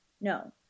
No